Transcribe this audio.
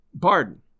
Pardon